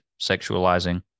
sexualizing